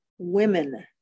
women